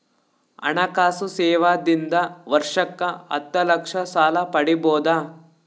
ಹಣಕಾಸು ಸೇವಾ ದಿಂದ ವರ್ಷಕ್ಕ ಹತ್ತ ಲಕ್ಷ ಸಾಲ ಪಡಿಬೋದ?